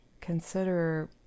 consider